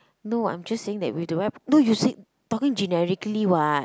no I'm just saying that with the right no you said talking generically [what]